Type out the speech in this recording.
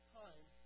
time